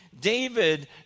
David